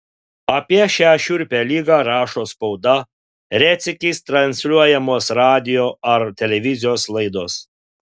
apie šią šiurpią ligą rašo spauda retsykiais transliuojamos radijo ar televizijos laidos